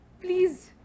please